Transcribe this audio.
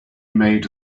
made